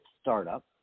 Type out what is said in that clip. startup